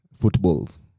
footballs